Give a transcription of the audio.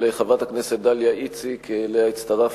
של חברת הכנסת דליה איציק וחברי